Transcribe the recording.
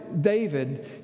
David